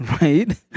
right